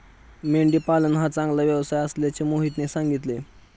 मेंढी पालन हा चांगला व्यवसाय असल्याचे मोहितने सांगितले